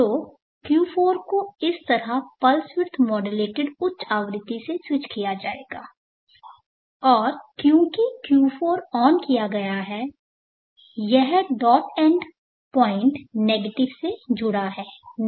तो Q4 को इस तरह पल्स विड्थ मॉड्यूलेटेड उच्च आवृत्ति से स्विच किया जाएगा और क्योंकि Q4 को ऑन किया गया है यह डॉट एंड पॉइंट नेगेटिव से जुड़ा है